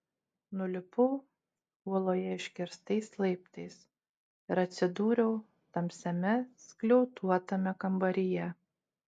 nulipau uoloje iškirstais laiptais ir atsidūriau tamsiame skliautuotame kambaryje